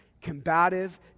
combative